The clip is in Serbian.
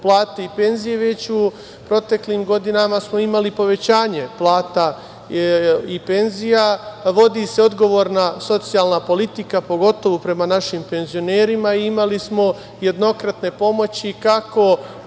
i penzije, već u proteklim godinama smo imali povećanje plata i penzija, vodi se odgovorna socijalna politika pogotovo prema našim penzionerima i imali smo jednokratne pomoći kako